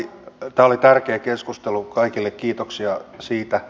tämä oli tärkeä keskustelu kaikille kiitoksia siitä